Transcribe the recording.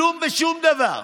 כלום ושום דבר.